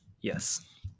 yes